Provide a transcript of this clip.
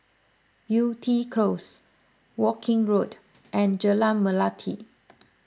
Yew Tee Close Woking Road and Jalan Melati